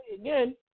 again